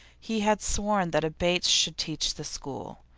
he had sworn that a bates should teach the school.